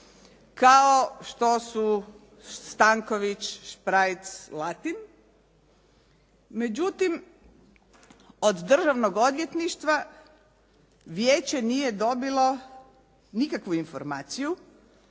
kao što su Stanković, Šprajc, Latin, međutim od državnog odvjetništva vijeće nije dobilo nikakvu informaciju